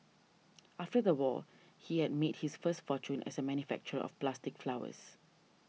after the war he had made his first fortune as a manufacturer of plastic flowers